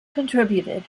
contributed